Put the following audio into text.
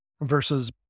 versus